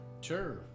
Sure